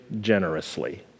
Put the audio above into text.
generously